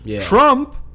Trump